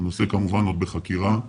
הנושא כמובן עוד בחקירה.